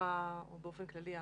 שהתמיכה ובאופן כללי הקשב,